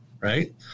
Right